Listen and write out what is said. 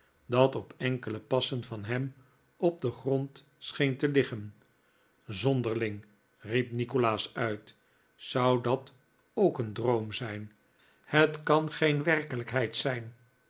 dat op enkele passen van hem af op den grond scheen te liggen zonderiing riep nikolaas uit zou dat ook een droom zijn het kan geen werkelijkheid zijn